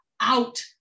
out